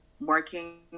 working